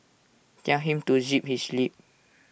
tell him to zip his lip